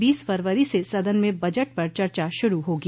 बीस फरवरी से सदन में बजट पर चर्चा शुरू होगी